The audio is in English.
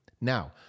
Now